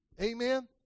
Amen